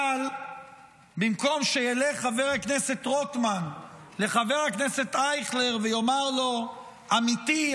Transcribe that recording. אבל במקום שילך חבר הכנסת רוטמן לחבר הכנסת אייכלר ויאמר לו: עמיתי,